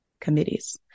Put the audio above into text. committees